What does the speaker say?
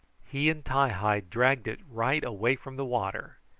he and ti-hi dragged it right away from the water,